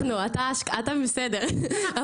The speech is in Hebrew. אתה בסדר.